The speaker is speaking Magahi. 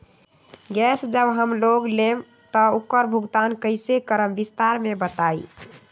गैस जब हम लोग लेम त उकर भुगतान कइसे करम विस्तार मे बताई?